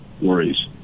worries